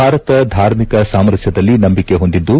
ಭಾರತ ಧಾರ್ಮಿಕ ಸಾಮರಸ್ಥದಲ್ಲಿ ನಂಬಿಕೆ ಹೊಂದಿದ್ದು